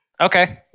Okay